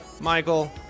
Michael